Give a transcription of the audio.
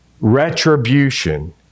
retribution